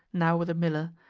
now with a miller,